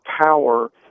power